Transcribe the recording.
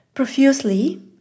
profusely